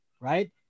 right